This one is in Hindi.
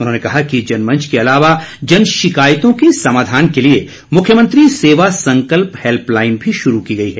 उन्होंने कहा कि जनमंच के अलावा जन शिकायतों के समाधान के लिए मुख्यमंत्री सेवा संकल्प हैल्पलाईन भी शुरू की गई है